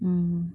mm